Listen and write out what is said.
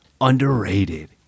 underrated